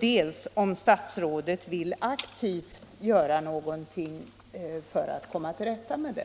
dels om statsrådet vill aktivt göra någonting för att komma till rätta med den.